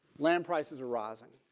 land prices are rising.